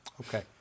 Okay